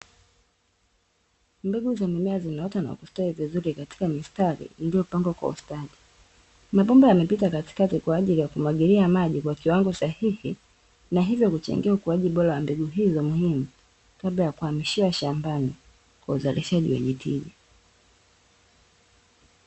Mbegu za mimea zimeota na kustawi vizuri katika mistari iliyopangwa kwa ustadi. Mabomba yamepita katikati kwaajili ya kumwagilia maji kwa kiwango sahihi na hivyo huchangia ukuaji bora wa mbegu hizo muhimu kabla ya kuhamishia shambani kwa uzalishaji wenye tija.